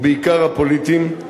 ובעיקר הפוליטיים,